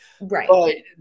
Right